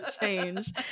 change